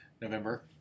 November